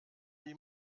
die